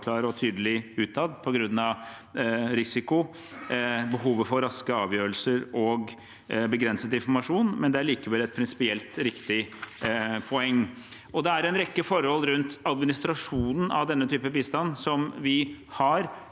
og tydelig utad på grunn av risiko, behovet for raske avgjørelser og begrenset informasjon. Men det er likevel et prinsipielt riktig poeng. Det er en rekke forhold rundt administrasjonen av denne type bistand som vi har